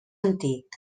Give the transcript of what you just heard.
antic